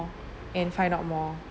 and find out more